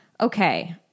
Okay